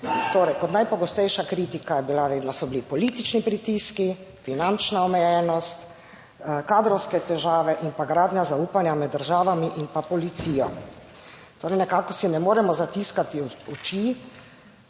kot najpogostejša kritika je bila, vedno so bili politični pritiski, finančna omejenost, kadrovske težave in pa gradnja zaupanja med državami in pa policijo. Torej, nekako si ne moremo zatiskati oči,